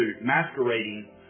masquerading